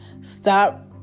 stop